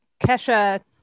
Kesha